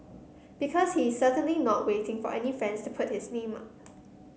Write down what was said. because he is certainly not waiting for any friends to put his name up